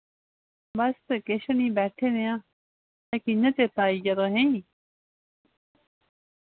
बस किश नि बैठे दे आं कि'यां चेत्ता आइया तुसेंई